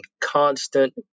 constant